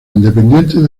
independientes